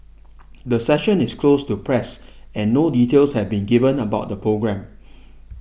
the session is closed to press and no details have been given about the programme